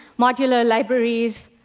modular libraries,